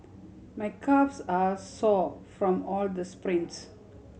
my calves are sore from all the sprints